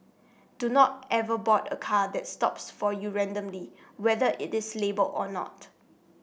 do not ever board a car that stops for you randomly whether it is labelled or not